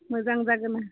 मोजां जागोन